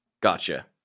Gotcha